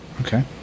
okay